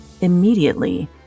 Immediately